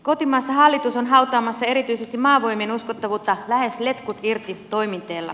kotimassa hallitus on hautaamassa erityisesti maavoimien uskottavuutta lähes letkut irti toiminteella